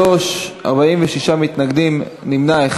אחד נמנע.